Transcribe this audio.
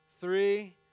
three